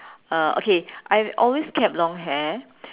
uh okay I've always kept long hair